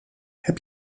heb